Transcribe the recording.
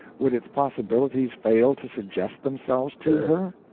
would its possibilities fail to suggest themselves to her?